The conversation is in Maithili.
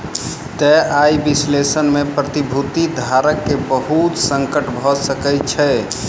तय आय विश्लेषण में प्रतिभूति धारक के बहुत संकट भ सकै छै